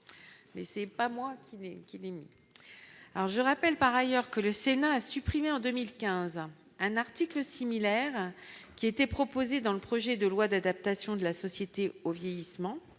la section c'est pas moi qui qui alors je rappelle par ailleurs que le Sénat a supprimé en 2015, un article similaire qui était proposé dans le projet de loi d'adaptation de la société au vieillissement